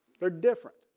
they're different.